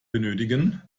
benötigen